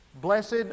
Blessed